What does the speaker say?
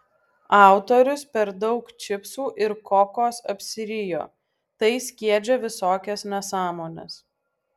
autorius per daug čipsų ir kokos apsirijo tai skiedžia visokias nesąmones